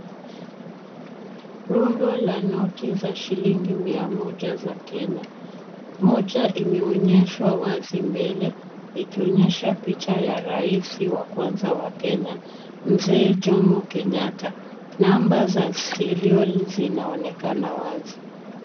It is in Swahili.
Rundo la noti za shilingi mia moja za Kenya. Moja imeonyeshwa wazi mbele, ikionyesha picha ya rais wa kwanza wa Kenya mzee Jomo Kenyatta. Number za serial zinaonekana wazi.